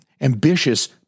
ambitious